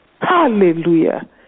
Hallelujah